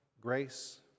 grace